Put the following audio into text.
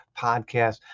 podcast